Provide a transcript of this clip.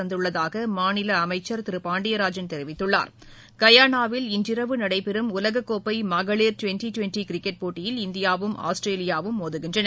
தந்துள்ளதாகமாநிலஅமைச்சர் திருபாண்டியராஜன் தெரிவித்துள்ளார் கயானாவில் இன்றிரவு நடைபெறும் உலகக்கோப்பைமகளிர் டிவெண்டிடிவெண்டிகிரிக்கெட் போட்டியில் இந்தியாவும் ஆஸ்திரேலியாவும் மோதுகின்றன